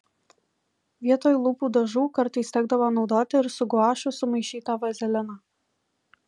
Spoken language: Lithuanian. vietoj lūpų dažų kartais tekdavo naudoti ir su guašu sumaišytą vazeliną